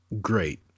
great